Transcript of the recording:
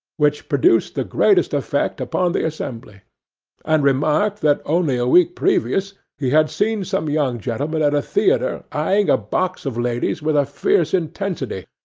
which produced the greatest effect upon the assembly and remarked that only a week previous he had seen some young gentlemen at a theatre eyeing a box of ladies with a fierce intensity,